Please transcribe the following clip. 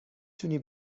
تونی